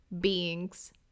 beings